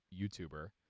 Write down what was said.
YouTuber